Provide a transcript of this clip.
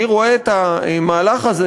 אני רואה את המהלך הזה,